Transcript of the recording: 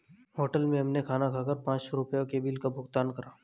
hotel में हमने खाना खाकर पाँच सौ रुपयों के बिल का भुगतान करा